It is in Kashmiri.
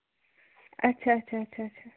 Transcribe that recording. اَچھا اَچھا اَچھا اَچھا